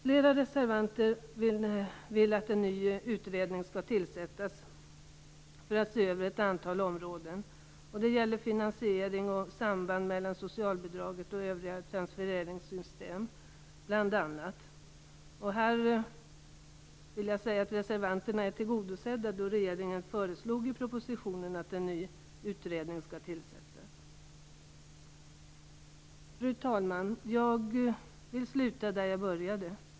Flera reservanter vill att en ny utredning skall tillsättas för att se över ett antal områden, bl.a. finansiering och samband mellan socialbidraget och övriga transfereringssystem. Här vill jag säga att reservanterna är tillgodosedda i och med att regeringen i propositionen har föreslagit att en ny utredning skall tillsättas. Fru talman! Låt mig sluta där jag började.